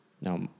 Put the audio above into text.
Now